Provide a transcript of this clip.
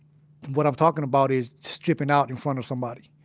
what i'm talking about is stripping out in front of somebody.